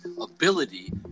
ability